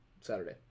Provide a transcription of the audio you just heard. saturday